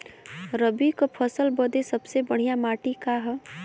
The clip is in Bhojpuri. रबी क फसल बदे सबसे बढ़िया माटी का ह?